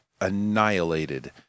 annihilated